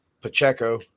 Pacheco